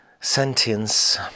Sentience